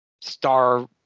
star-